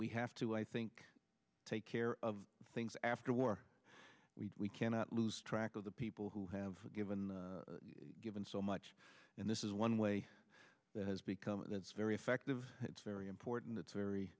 we have to i think take care of things after war we we cannot lose track of the people who have given you given so much and this is one way that has become it's very effective it's very important it's very